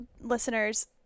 listeners